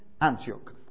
Antioch